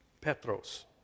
Petros